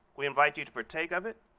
we invite you to partake of it,